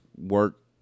work